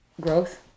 growth